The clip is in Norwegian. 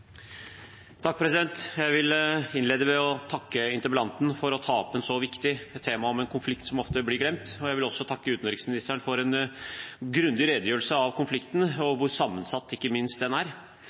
Jeg vil innlede med å takke interpellanten for å ta opp et så viktig tema om en konflikt som ofte blir glemt. Jeg vil også takke utenriksministeren for en grundig redegjørelse om konflikten og om hvor sammensatt ikke minst den er.